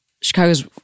Chicago's